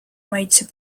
maitse